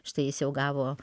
štai jis jau gavo